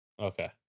okay